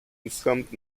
insgesamt